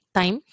time